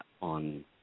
on